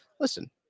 listen